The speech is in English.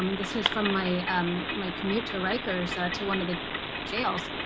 um this is from my um my commute to rikers to one of the jails.